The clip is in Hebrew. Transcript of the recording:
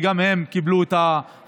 וגם הם קיבלו את ה-50%.